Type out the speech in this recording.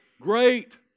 Great